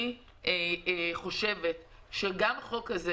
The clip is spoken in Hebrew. אני חושבת שגם החוק הזה